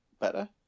better